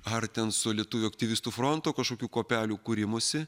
ar ten su lietuvių aktyvistų fronto kažkokių kuopelių kūrimusi